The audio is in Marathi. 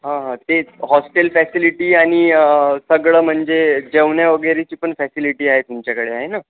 हा हा तेच हॉस्टेल फॅसिलिटी आणि सगळं म्हणजे जेवण्या वगैरेची पण फॅसिलिटी आहे तुमच्याकडे आहे ना